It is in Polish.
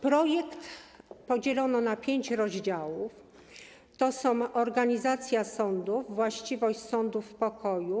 Projekt podzielono na pięć rozdziałów: Organizacja sądów, Właściwość sądów pokoju,